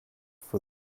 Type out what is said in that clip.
for